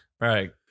Right